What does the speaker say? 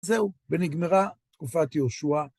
זהו, ונגמרה תקופת יהושע.